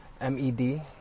MED